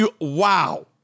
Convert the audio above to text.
Wow